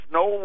no